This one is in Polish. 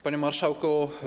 Panie Marszałku!